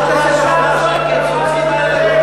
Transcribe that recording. תשאל את שר התחבורה, הקיצוצים האלה,